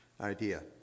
idea